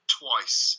twice